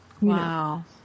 Wow